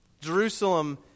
Jerusalem